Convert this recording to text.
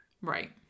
Right